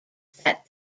that